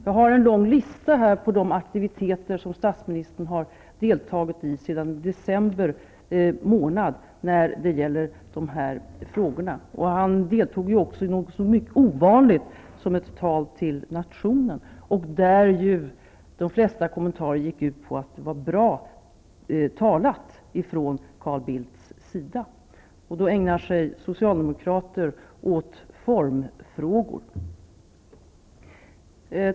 Jag har här en lång lista på de aktiviteter som statsministern har deltagit i sedan december månad när det gäller dessa frågor. Han höll också något så ovanligt som ett tal till nationen. De flesta kommentarerna kring detta gick ut på att det var bra talat ifrån Carl Bildts sida. I det läget ägnar sig socialdemokrater åt formfrågor.